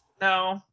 No